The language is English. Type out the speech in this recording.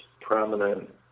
prominent